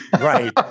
Right